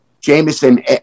Jameson